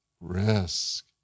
risk